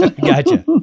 Gotcha